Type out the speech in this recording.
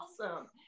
awesome